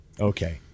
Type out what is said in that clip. Okay